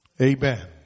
Amen